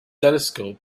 telescope